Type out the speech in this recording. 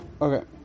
okay